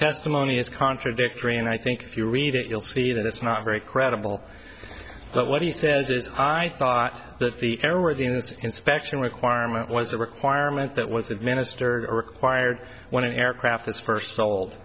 testimony is contradictory and i think if you read it you'll see that it's not very credible but what he says is i thought that the airworthiness inspection requirement was a requirement that was administered are required when an aircraft is first sold